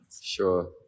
Sure